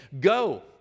Go